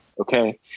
Okay